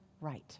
right